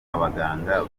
abaganga